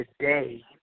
today